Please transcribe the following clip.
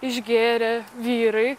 išgėrę vyrai